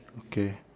okay